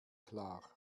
klar